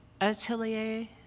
Atelier